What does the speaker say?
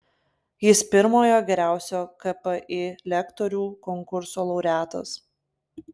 jis pirmojo geriausio kpi lektorių konkurso laureatas